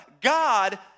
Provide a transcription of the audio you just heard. God